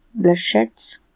bloodsheds